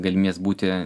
galimybės būti